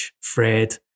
Fred